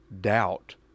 doubt